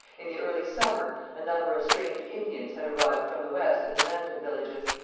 in the early summer a number of strange indians had arrived from the west at the mandan villages.